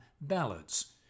Ballads